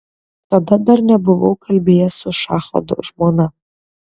tada dar nebuvau kalbėjęs su šacho žmona